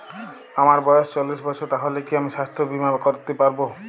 আমার বয়স চল্লিশ বছর তাহলে কি আমি সাস্থ্য বীমা করতে পারবো?